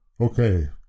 Okay